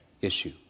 issue